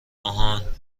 آهان